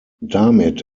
damit